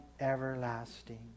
everlasting